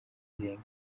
irenga